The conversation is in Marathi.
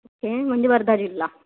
ओके म्हणजे वर्धा जिल्हा